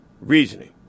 reasoning